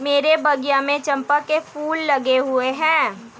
मेरे बगिया में चंपा के फूल लगे हुए हैं